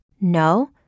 No